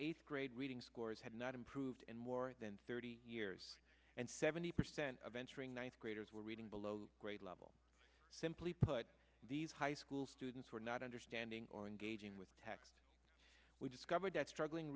eighth grade reading scores had not improved in more than thirty years and seventy percent of entering ninth graders were reading below grade level simply put these high school students were not understanding or engaging with text we discovered that struggling